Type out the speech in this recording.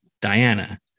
Diana